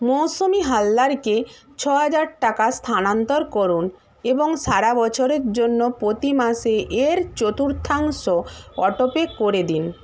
মৌসুমি হালদারকে ছ হাজার টাকা স্থানান্তর করুন এবং সারা বছরের জন্য প্রতি মাসে এর চতুর্থাংশ অটোপে করে দিন